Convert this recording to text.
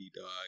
dog